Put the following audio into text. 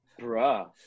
Bruh